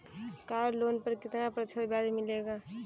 Car loan पर कितना प्रतिशत ब्याज लगेगा?